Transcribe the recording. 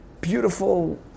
beautiful